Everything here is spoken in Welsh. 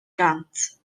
gant